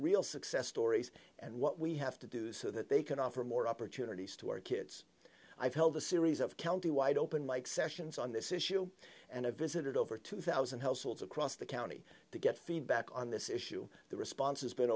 real success stories and what we have to do so that they can offer more opportunities to our kids i've held a series of county wide open mike sessions on this issue and i visited over two thousand households across the county to get feedback on this issue the response has been